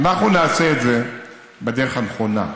אנחנו נעשה את זה בדרך הנכונה.